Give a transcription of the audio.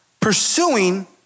pursuing